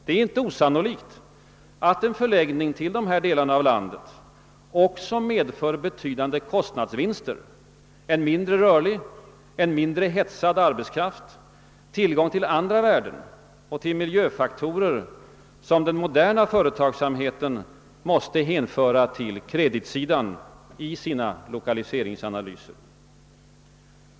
Det är inte osannolikt att en förläggning till dessa delar av landet också medför betydande kostnadsvinster, en mindre rörlig och mindre hetsad arbetskraft, tillgång till andra värden och till miljöfaktorer, som den moderna företagsamheten måste hänföra till kreditsidan i sina lokaliseringsanalyser.